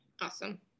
Awesome